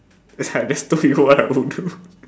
it's like I just told you what I will do